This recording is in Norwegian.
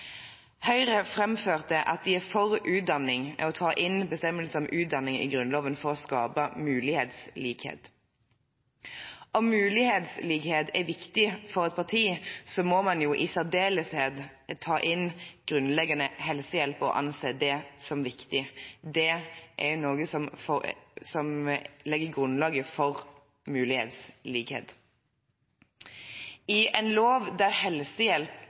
Høyre framførte at de er for å ta inn bestemmelser om utdanning i Grunnloven for å skape mulighetslikhet. Om mulighetslikhet er viktig for et parti, må man jo i særdeleshet ta inn grunnleggende helsehjelp og anse det som viktig. Det er noe som legger grunnlaget for mulighetslikhet. I en lov der helsehjelp